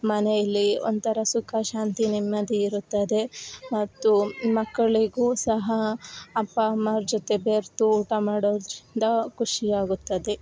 ಮನೇಲಿ ಒಂಥರ ಸುಖ ಶಾಂತಿ ನೆಮ್ಮದಿ ಇರುತ್ತದೆ ಮತ್ತು ಮಕ್ಕಳಿಗೂ ಸಹ ಅಪ್ಪ ಅಮ್ಮೊರ್ ಜೊತೆ ಬೆರೆತು ಊಟ ಮಾಡೋದರಿಂದ ಖುಷಿಯಾಗುತ್ತದೆ